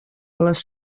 les